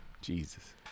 Jesus